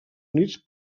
units